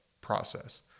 process